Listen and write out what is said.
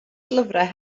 lyfrau